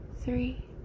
three